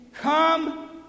come